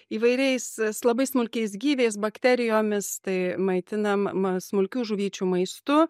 įvairiais s labai smulkiais gyviais bakterijomis tai maitinam ma smulkių žuvyčių maistu